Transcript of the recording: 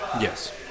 Yes